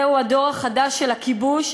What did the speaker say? זהו הדור החדש של הכיבוש,